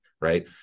right